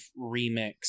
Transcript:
remix